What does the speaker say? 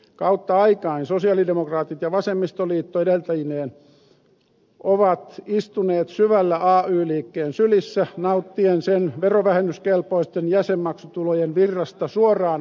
kautta aikain sosialidemokraatit ja vasemmistoliitto edeltäjineen ovat istuneet syvällä ay liikkeen sylissä nauttien sen verovähennyskelpoisten jäsenmaksutulojen virrasta suoraan vaalikassoihinsa